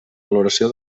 valoració